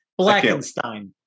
Blackenstein